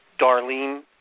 Darlene